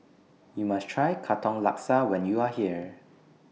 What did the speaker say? YOU must Try Katong Laksa when YOU Are here